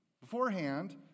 beforehand